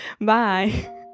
Bye